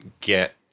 get